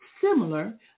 Similar